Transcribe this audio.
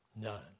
None